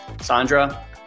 Sandra